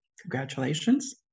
Congratulations